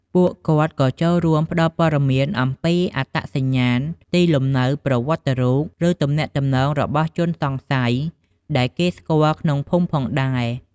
ពួកគាត់ក៏ចូលរួមផ្ដល់ព័ត៌មានអំពីអត្តសញ្ញាណ ទីលំនៅ ប្រវត្តិរូប ឬទំនាក់ទំនងរបស់ជនសង្ស័យដែលគេស្គាល់ក្នុងភូមិផងដែរ។